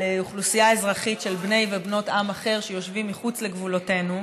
על אוכלוסייה אזרחית של בני ובנות עם אחר שיושבים מחוץ לגבולותינו,